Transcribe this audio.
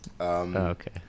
Okay